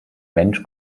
mensch